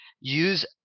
use